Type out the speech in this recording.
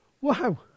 Wow